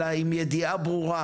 אלא עם ידיעה ברורה,